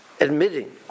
admitting